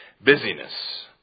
busyness